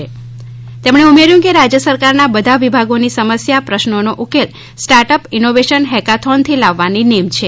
મુખ્યમંત્રીશ્રીએ ઉમેર્યું કે રાજ્ય સરકારના બધા વિભાગોની સમસ્યા પ્રશ્નોનો ઉકેલ સ્ટાર્ટઅપ ઇનોવેશન હેકાથોનથી લાવવાની નેમ છે